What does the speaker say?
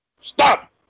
Stop